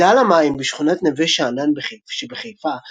מגדל המים בשכונת נווה שאנן שבחיפה,